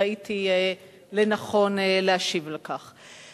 ראיתי לנכון להשיב על כך.